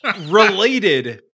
Related